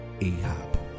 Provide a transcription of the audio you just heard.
Ahab